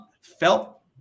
Felt